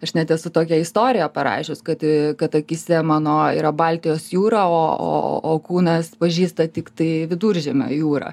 aš net esu tokią istoriją parašius kad kad akyse mano yra baltijos jūra o kūnas pažįsta tiktai viduržemio jūrą